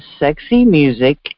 sexymusic